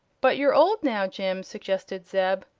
but you're old, now, jim, suggested zeb.